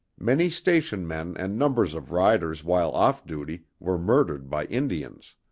many station men and numbers of riders while off duty were murdered by indians.